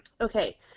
Okay